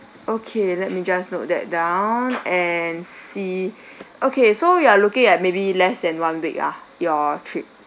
okay let me just note that down and see okay so you are looking at maybe less than one week ah your trip